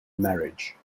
marriage